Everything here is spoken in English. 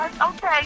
Okay